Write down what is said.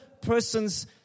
person's